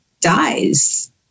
dies